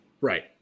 Right